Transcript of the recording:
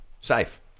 Safe